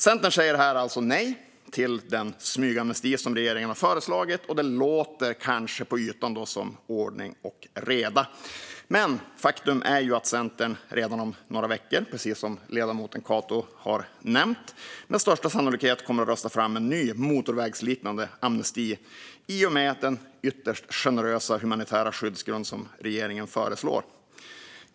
Centern säger här nej till den smygamnesti som regeringen har föreslagit. Det låter kanske på ytan som ordning och reda. Men faktum är att Centern redan om några veckor, precis som ledamoten Cato har nämnt, med största sannolikhet kommer att rösta fram en ny motorvägsliknande amnesti i och med den ytterst generösa humanitära skyddsgrund som regeringen föreslår.